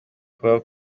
kubaho